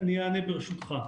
אני אענה ברשותך.